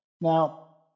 Now